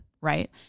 Right